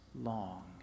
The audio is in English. long